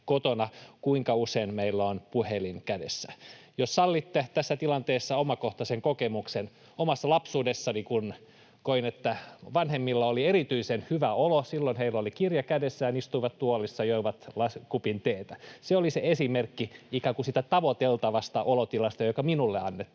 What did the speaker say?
kotona, kuinka usein meillä on puhelin kädessä. Jos sallitte tässä tilanteessa omakohtaisen kokemuksen: Kun omassa lapsuudessani koin, että vanhemmilla oli erityisen hyvä olo, silloin heillä oli kirja kädessään, he istuivat tuolissa ja joivat kupin teetä. Se oli se esimerkki ikään kuin siitä tavoiteltavasta olotilasta, joka minulle annettiin.